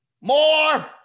more